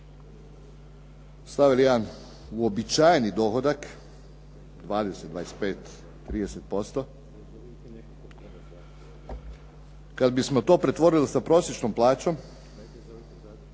stavili jedan uobičajeni dohodak, 20, 25, 30%, kad bismo to pretvorili sa prosječnom plaćom